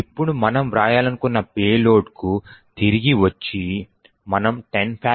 ఇప్పుడు మనము వ్రాయాలనుకుంటున్న పేలోడ్కు తిరిగి వచ్చి మనము 10